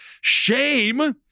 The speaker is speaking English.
shame